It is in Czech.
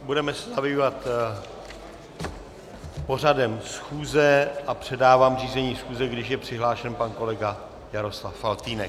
Budeme se zabývat pořadem schůze a předávám řízení schůze, když je přihlášen pan kolega Jaroslav Faltýnek.